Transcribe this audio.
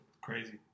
Crazy